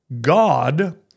God